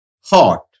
hot